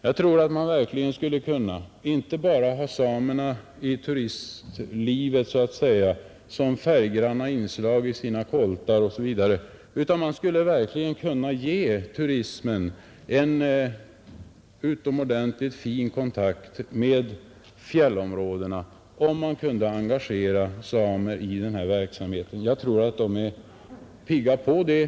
Man skulle verkligen kunna inte bara ha samerna i turistlivet så att säga som färggranna inslag i koltar osv. utan även kunna ge turisterna en utomordentligt fin kontakt med fjällområdena om man kunde engagera samer i denna verksamhet. De är säkert pigga på det.